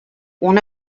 one